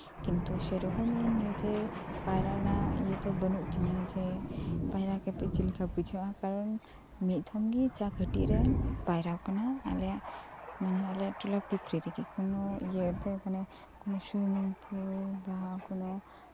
ᱠᱤᱱᱛᱩ ᱥᱮᱨᱚᱠᱚᱢ ᱦᱩᱭᱱᱟᱡᱮ ᱯᱟᱭᱨᱟ ᱨᱮᱱᱟᱜ ᱤᱭᱟᱹᱫᱚ ᱵᱟᱹᱱᱩᱜ ᱛᱤᱧᱟᱹ ᱡᱮ ᱯᱟᱭᱨᱟ ᱠᱟᱛᱮᱜ ᱪᱮᱫᱞᱮᱠᱟ ᱵᱩᱡᱷᱟᱹᱜᱼᱟ ᱠᱟᱨᱚᱱ ᱢᱤᱫᱽᱫᱷᱚᱢᱜᱤ ᱡᱚᱠᱷᱚᱱ ᱠᱟᱹᱴᱤᱡᱨᱮ ᱯᱟᱭᱨᱟᱣ ᱟᱠᱟᱱᱟ ᱟᱞᱮᱭᱟᱜ ᱢᱟᱱᱮ ᱟᱞᱮᱭᱟᱜ ᱴᱚᱞᱟ ᱯᱩᱠᱷᱨᱤ ᱨᱮᱜᱤ ᱠᱚᱱᱚ ᱤᱭᱟᱹᱛᱮ ᱢᱟᱱᱮ ᱩᱱᱥᱩᱢᱟᱹᱭ ᱤᱧ ᱯᱷᱚᱨ ᱵᱟ ᱠᱚᱱᱚ